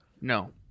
No